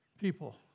people